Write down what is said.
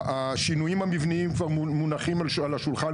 השינויים המבניים כבר מונחים על השולחן.